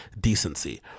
decency